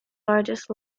largest